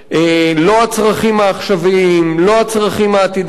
לא הצרכים העכשוויים, לא הצרכים העתידיים.